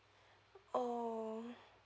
oh